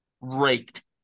raked